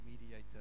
mediator